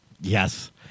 Yes